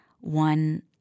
one